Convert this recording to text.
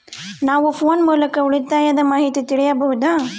ನಾವು ಫೋನ್ ಮೂಲಕ ಉಳಿತಾಯದ ಮಾಹಿತಿ ತಿಳಿಯಬಹುದಾ?